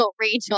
Rachel